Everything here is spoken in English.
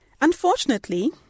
Unfortunately